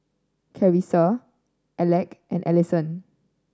Carissa Alek and Allyson